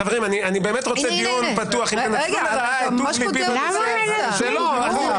אתה קוטע אותי באמצע.